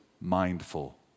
mindful